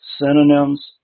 synonyms